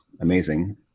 amazing